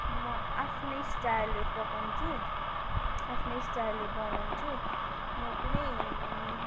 म आफ्नै स्टाइलले पकाउँछु आफ्नै स्टाइलले बनाउँछु म कुनै